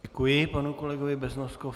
Děkuji panu kolegovi Beznoskovi.